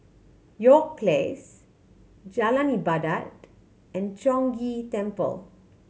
York Place Jalan Ibadat and Chong Ghee Temple